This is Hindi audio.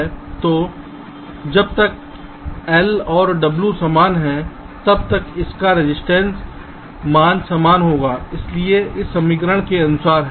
तो जब तक l और w बराबर हैं तब तक इसका रजिस्टेंस मान समान होगा इसलिए इस समीकरण के अनुसार है